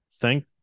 thank